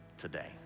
today